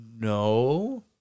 no